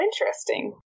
interesting